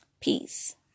Peace